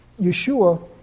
Yeshua